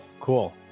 Cool